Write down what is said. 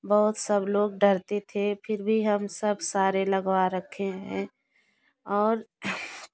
बहुत सब लोग डरते थे फिर भी हम सब सारे लगवा रखे हैं और